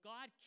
God